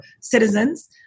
citizens